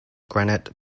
granite